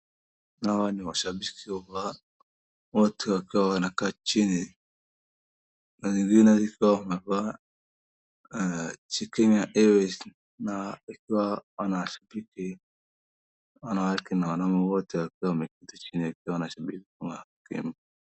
Hawa ni washabiki. Wote wakiwa wanakaa chini. Na wengine zikiwa wamevaa shati ya Kenya Airways na akiwa wanashabiki. Wanawake na wanaume wote wakiwa wameketi chini wakiwa wanasubiri.